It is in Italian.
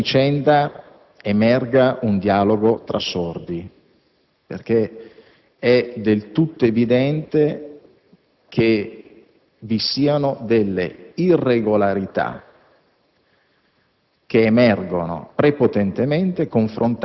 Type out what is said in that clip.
A me sembra che in questa vicenda affiori un dialogo tra sordi, perché è del tutto evidente che vi siano irregolarità,